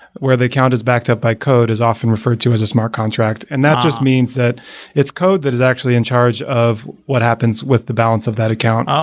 where the account is backed up by code is often referred to as a smart contractor. and that just means that it's code that is actually in charge of what happens with the balance of that account. um